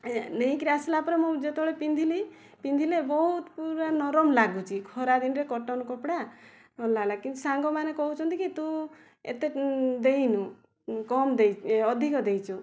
ଏ ନେଇକି ଆସିଲା ପରେ ମୁଁ ଯେତେବେଳେ ପିନ୍ଧିଲି ପିନ୍ଧିଲି ବହୁତ ପୁରା ନରମ ଲାଗୁଛି ଖରା ଦିନରେ କଟନ୍ କପଡ଼ା ଭଲ ଲାଗିଲା କିନ୍ତୁ ସାଙ୍ଗମାନେ କହୁଛନ୍ତି କି ତୁ ତୁ ଏତେ ଦେଇନୁ କମ ଦେଇ ଏ ଅଧିକ ଦେଇଛୁ